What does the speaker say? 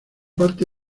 parte